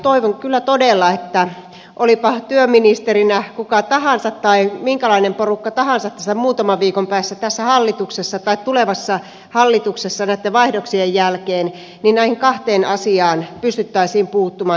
toivon kyllä todella olipa työministerinä kuka tahansa tai minkälainen porukka tahansa muutaman viikon päästä tässä tulevassa hallituksessa näitten vaihdoksien jälkeen että näihin kahteen asiaan pystyttäisiin puuttumaan